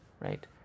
right